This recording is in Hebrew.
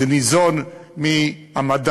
זה ניזון מהמדע.